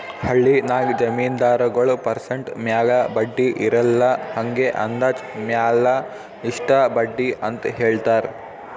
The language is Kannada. ಹಳ್ಳಿನಾಗ್ ಜಮೀನ್ದಾರಗೊಳ್ ಪರ್ಸೆಂಟ್ ಮ್ಯಾಲ ಬಡ್ಡಿ ಇರಲ್ಲಾ ಹಂಗೆ ಅಂದಾಜ್ ಮ್ಯಾಲ ಇಷ್ಟ ಬಡ್ಡಿ ಅಂತ್ ಹೇಳ್ತಾರ್